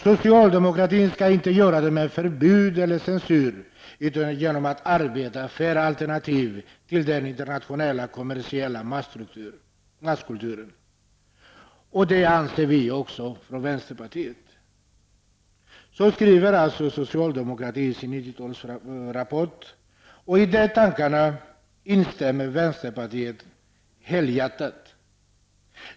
Socialdemokratin skall inte göra det med förbud eller censur, utan genom att arbeta för alternativ till den internationella, kommersiella masskulturen.'' Så där skrev alltså socialdemokratin i sin 90 talsrapport, och i detta instämmer vänsterpartiet helhjärtat.